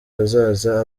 hazaza